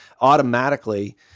automatically